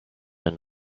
and